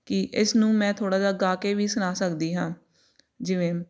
ਕਿ ਇਸ ਨੂੰ ਮੈਂ ਥੋੜ੍ਹਾ ਜਿਹਾ ਗਾ ਕੇ ਵੀ ਸੁਣਾ ਸਕਦੀ ਹਾਂ ਜਿਵੇਂ